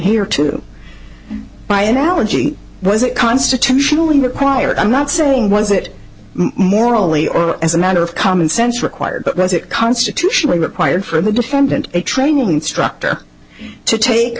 here to my analogy wasn't constitutionally required i'm not saying was it morally or as a matter of common sense required but was it constitutionally required for the defendant a training instructor to take